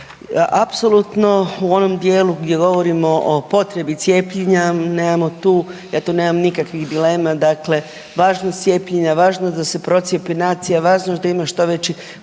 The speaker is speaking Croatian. apsolutno u onom dijelu gdje govorimo o potrebi cijepljenja, ja tu nemam nikakvih dilema dakle važnost cijepljenja, važnost da se procijepi nacija, važnost da ima što veći